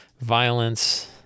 violence